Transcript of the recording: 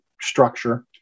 structure